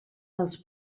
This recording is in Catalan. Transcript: dels